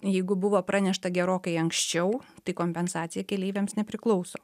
jeigu buvo pranešta gerokai anksčiau tai kompensacija keleiviams nepriklauso